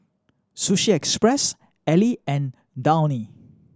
Sushi Express Elle and Downy